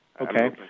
Okay